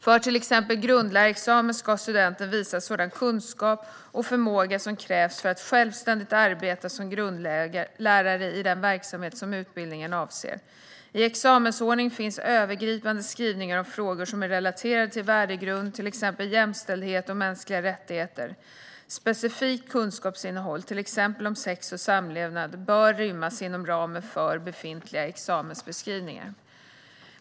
För till exempel grundlärarexamen ska studenten visa sådan kunskap och förmåga som krävs för att självständigt arbeta som grundlärare i den verksamhet som utbildningen avser. I examensordningen finns övergripande skrivningar om frågor som är relaterade till värdegrund, till exempel jämställdhet och mänskliga rättigheter. Specifikt kunskapsinnehåll, till exempel om sex och samlevnad, bör rymmas inom ramen för befintliga examensbeskrivningar.